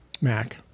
Mac